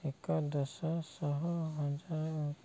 ଏକ ଦଶ ଶହ ହଜାର